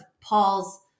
Paul's